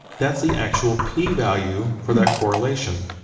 that's the actual p-value for that correlation.